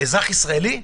אזרח ישראלי?